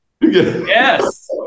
Yes